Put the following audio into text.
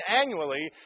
annually